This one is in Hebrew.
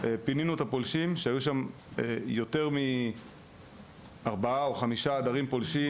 היו שם ארבעה או חמישה עדרים פולשים,